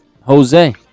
Jose